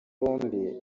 bombi